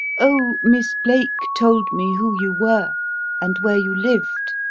oh, miss blake told me who you were and where you lived,